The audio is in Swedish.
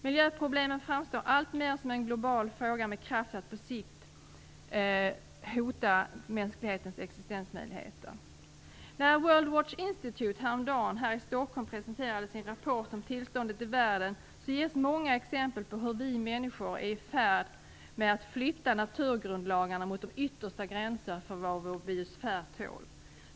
Miljöproblemen framstår alltmer som en global fråga med kraft att på sikt hota mänsklighetens existensmöjligheter. När World Watch Institute häromdagen här i Stockholm presenterade sin rapport om tillståndet i världen gavs många exempel på hur vi människor är i färd med att flytta naturgrundlagarna mot de yttersta gränserna för vad vår biosfär tål.